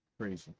crazy